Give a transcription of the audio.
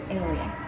area